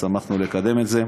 שמחנו לקדם את זה.